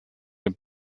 dem